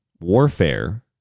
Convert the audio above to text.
warfare